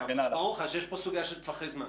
ברור לך שיש כאן סוגיה של טווחי זמן.